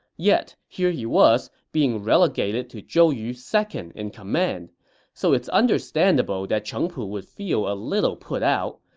yet, here he was, being relegated to zhou yu's second-in-command. so it's understandable that cheng pu would feel a little put out.